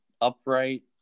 upright